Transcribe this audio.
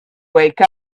wake